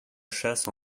chasse